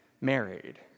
married